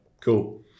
Cool